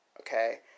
okay